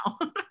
now